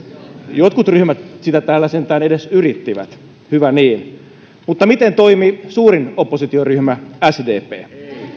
jotkut ryhmät sitä täällä sentään edes yrittivät hyvä niin mutta miten toimi suurin oppositioryhmä sdp